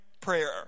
prayer